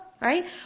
right